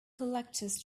collectors